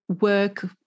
work